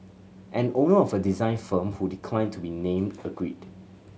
an owner of a design firm who declined to be named agreed